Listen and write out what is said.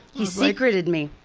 he secreted me.